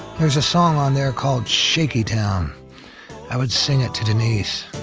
there's a song on there called shaky town i would sing it to denise